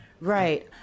Right